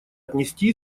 отнести